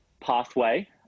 pathway